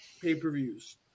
pay-per-views